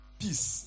peace